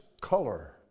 color